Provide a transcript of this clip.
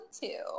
Two